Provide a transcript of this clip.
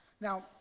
Now